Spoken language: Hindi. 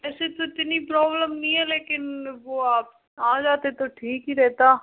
ऐसे तो इतनी प्रॉब्लम नहीं है लेकिन वो आप आ जाते तो ठीक ही रहता